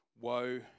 woe